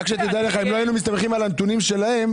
רק שתדע שאם לא היינו מסתמכים על הנתונים שלהם,